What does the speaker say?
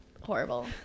horrible